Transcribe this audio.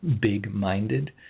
big-minded